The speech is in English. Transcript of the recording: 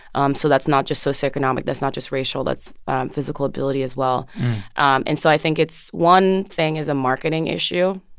um so that's not just socio-economic. that's not just racial. that's physical ability as well and so i think it's one thing is a marketing issue.